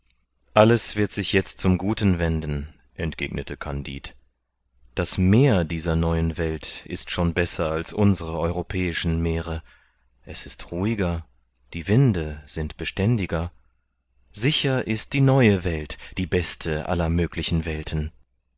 alles wird sich jetzt zum guten wenden entgegnete kandid das meer dieser neuen welt ist schon besser als unsere europäischen meere es ist ruhiger die winde sind beständiger sicher ist die neue welt die beste aller möglichen welten